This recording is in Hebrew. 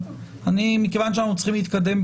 כי חוק הגנת השכר מדבר על